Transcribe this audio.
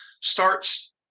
starts